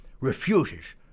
refuses